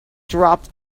dropped